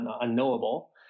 unknowable